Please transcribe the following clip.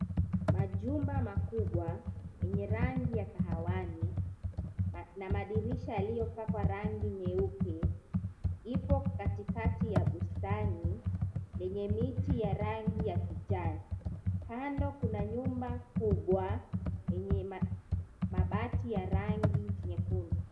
Majumba makubwa yenye rangi ya kahawani na madirisha yaliyopakwa rangi nyeupe ipo katikati ya bustani lenye miti ya rangi ya kijani, kando kuna nyumba kubwa yenye mabati ya rangi nyekundu.